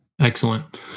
Excellent